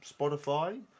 Spotify